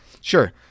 Sure